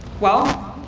well,